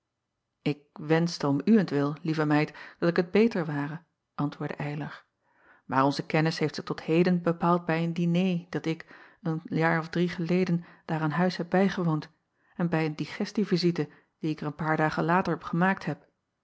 k wenschte om uwentwil lieve meid dat ik het acob van ennep laasje evenster delen beter ware antwoordde ylar maar onze kennis heeft zich tot heden bepaald bij een diner dat ik een jaar of drie geleden daar aan huis heb bijgewoond en bij een digestie vizite die ik er een paar dagen later gemaakt heb